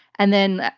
and then,